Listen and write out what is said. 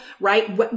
right